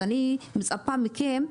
אז אני מצפה מכם,